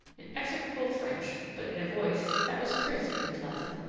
in execrable french, but in a voice that was crisp and pleasant,